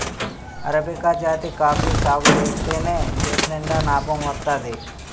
arabica జాతి coffee సాగుజేత్తేనే చేతినిండా నాబం వత్తాది